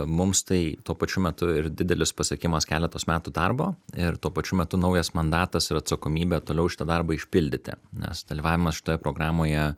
mums tai tuo pačiu metu ir didelis pasiekimas keletos metų darbo ir tuo pačiu metu naujas mandatas ir atsakomybė toliau šitą darbą išpildyti nes dalyvavimas šitoje programoje